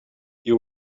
you